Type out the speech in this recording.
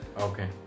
Okay